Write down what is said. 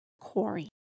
Corey